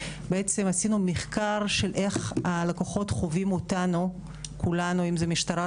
בעצם עשינו מחקר איך הלקוחות חווים אותנו כולנו אם זה משטרה,